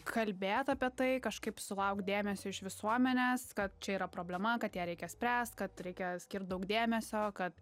kalbėt apie tai kažkaip sulaukt dėmesio iš visuomenės kad čia yra problema kad ją reikia spręst kad reikia skirt daug dėmesio kad